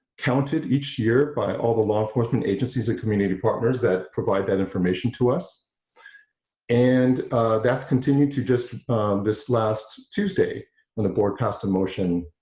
counted each year by all the law forth and agencies and community partners that provide that information to us and that's continued to just this last tuesday when the board passed a motion